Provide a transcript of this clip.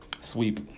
Sweep